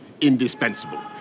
indispensable